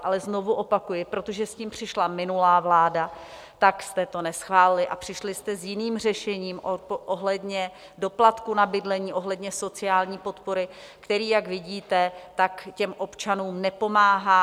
Ale znovu opakuji: Protože s tím přišla minulá vláda, tak jste to neschválili a přišli jste s jiným řešením ohledně doplatku na bydlení, ohledně sociální podpory, který jak vidíte, občanům nepomáhá.